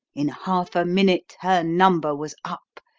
in half a minute her number was up,